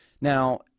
now